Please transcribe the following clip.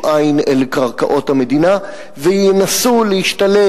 עין אל קרקעות המדינה וינסו להשתלט,